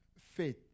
Faith